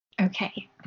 Okay